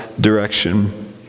direction